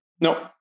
No